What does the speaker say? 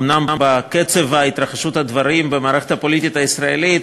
אומנם בקצב התרחשות הדברים במערכת הפוליטית הישראלית,